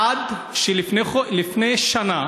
עד שלפני שנה,